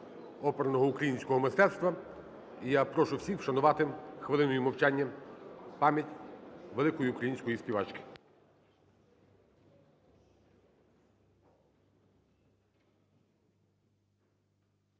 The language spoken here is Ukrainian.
оперного українського мистецтва. І я прошу всіх вшанувати хвилиною мовчання пам'ять великої української співачки.